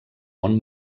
món